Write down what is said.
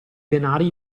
denari